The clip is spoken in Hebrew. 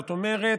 זאת אומרת,